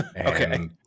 Okay